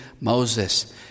Moses